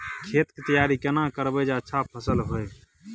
खेत के तैयारी केना करब जे अच्छा फसल होय?